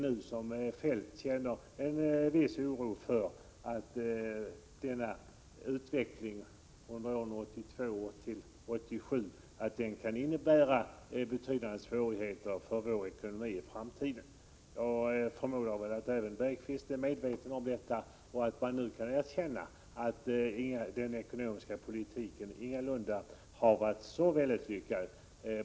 Nu känner Feldt en viss oro för att utvecklingen, vad som skett under åren 1983-1987, kan innebära betydande svårigheter för vår ekonomi i framtiden. Jag förmodar att även Bergqvist är medveten om detta och nu kan erkänna att den ekonomiska politiken ingalunda har varit så särskilt lyckad.